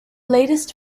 latest